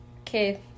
Okay